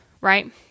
Right